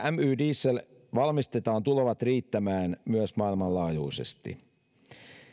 my diesel valmistetaan tulevat riittämään maailmanlaajuisesti